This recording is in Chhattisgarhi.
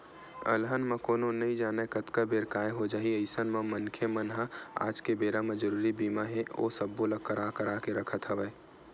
अलहन ल कोनो नइ जानय कतका बेर काय हो जाही अइसन म मनखे मन ह आज के बेरा म जरुरी बीमा हे ओ सब्बो ल करा करा के रखत हवय